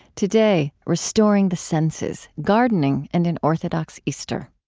today, restoring the senses gardening and an orthodox easter.